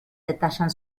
detallan